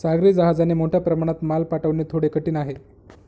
सागरी जहाजाने मोठ्या प्रमाणात माल पाठवणे थोडे कठीण आहे